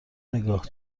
نگاه